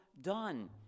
done